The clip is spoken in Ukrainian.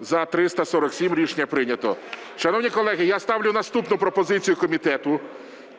За-347 Рішення прийнято. Шановні колеги, я ставлю наступну пропозицію комітету: